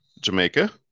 Jamaica